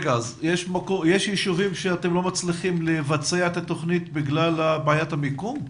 יש ישובים שאתם לא מצליחים לבצע את התוכנית בגלל בעיית המיקום?